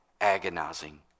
agonizing